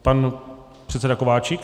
Pan předseda Kováčik.